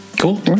Cool